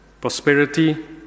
Prosperity